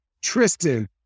Tristan